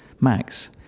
max